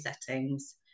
settings